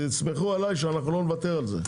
תסמכו עליי שאנחנו לא נוותר על זה.